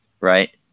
right